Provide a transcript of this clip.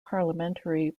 parliamentary